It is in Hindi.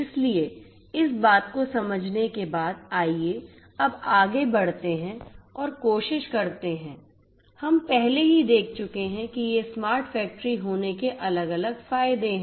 इसलिए इस बात को समझने के बाद आइए अब आगे बढ़ते हैं और कोशिश करते हैं हम पहले ही देख चुके हैं कि ये स्मार्ट फैक्टरी होने के अलग अलग फायदे हैं